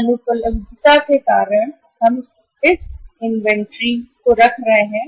अनुपलब्धता के कारण अब हम इन्वेंट्री रख रहे हैं